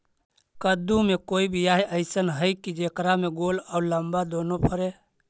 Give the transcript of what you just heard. कददु के कोइ बियाह अइसन है कि जेकरा में गोल औ लमबा दोनो फरे?